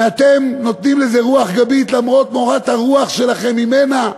ואתם נותנים לזה רוח גבית למרות מורת הרוח שלכם ממנה,